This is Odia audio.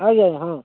ଆଜ୍ଞା ଆଜ୍ଞା ହଁ